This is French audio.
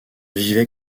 vivais